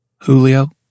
Julio